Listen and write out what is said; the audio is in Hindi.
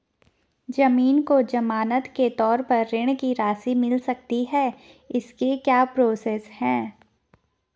ज़मीन को ज़मानत के तौर पर ऋण की राशि मिल सकती है इसकी क्या प्रोसेस है?